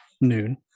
noon